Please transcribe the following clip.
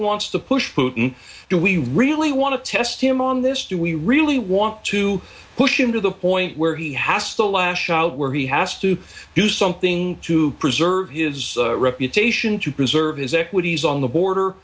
wants to push putin do we really want to test him on this do we really want to push him to the point where he has to lash out where he has to do something to preserve his reputation to preserve his equities on the border